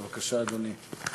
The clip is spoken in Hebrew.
בבקשה, אדוני.